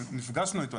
נפגשנו איתו.